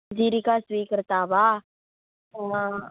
जीरिका स्वीकृता वा हा